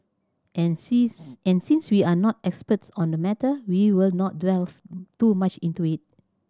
and since and since we are no experts on the matter we will not delve too much into it